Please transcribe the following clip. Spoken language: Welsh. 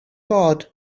bod